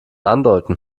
andeuten